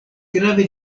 grave